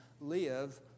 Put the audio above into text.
live